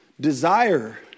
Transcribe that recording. desire